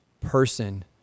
person